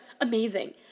amazing